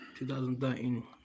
2013